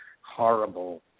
horrible